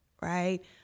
Right